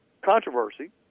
controversy